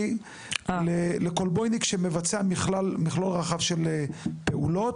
לכולבויניק שמבצע מכלול רחב של פעולות.